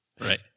Right